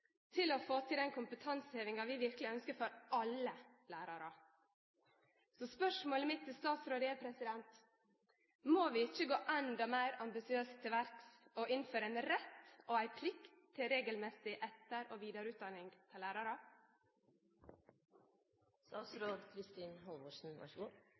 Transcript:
til å få til den kompetansehevinga vi verkeleg ønskjer for alle lærarar. Spørsmålet mitt til statsråden er: Må vi ikkje gå enda meir ambisiøst til verks og innføre ein rett og ei plikt til regelmessig etter- og vidareutdanning